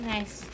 Nice